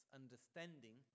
understanding